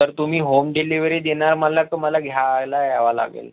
तर तुम्ही home delivery देणार मला का मला घ्यायला यावं लागेल